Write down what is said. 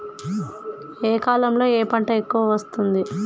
ఏ కాలంలో ఏ పంట ఎక్కువ వస్తోంది?